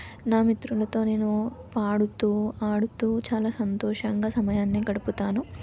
నా మిత్రులతో నేను పాడుతూ ఆడుతూ చాలా సంతోషంగా సమయాన్ని గడుపుతాను